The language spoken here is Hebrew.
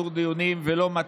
לא, לא.